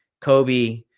Kobe